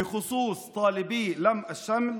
במיוחד של מבקשי איחוד המשפחות,